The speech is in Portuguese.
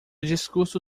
discurso